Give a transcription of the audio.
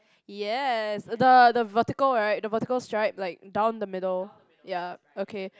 yes the the vertical right the vertical stripe like down the middle ya okay